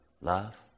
Love